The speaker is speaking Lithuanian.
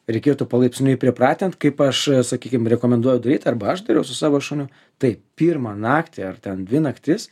reikėtų palaipsniui pripratint kaip aš sakykim rekomenduoju daryt arba aš dariau su savo šuniu tai pirmą naktį ar ten dvi naktis